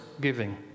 giving